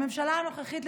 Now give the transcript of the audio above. הממשלה הנוכחית,